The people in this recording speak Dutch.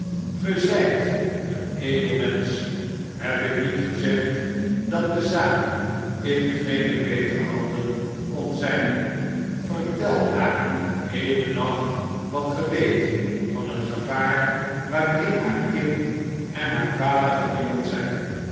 zjjt een edel mensch heb ik niet gezegd dat de zaak in geene betere handen konzjjn vertel haar hedennacht wat ge weet van het gevaar waarin haar kind en haar vader gewikkeld zjjn